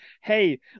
hey